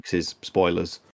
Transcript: Spoilers